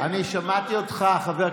אני רוצה לומר